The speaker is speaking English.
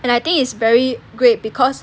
and I think is very great because